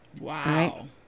Wow